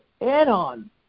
add-on